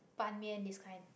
ban-mian this kind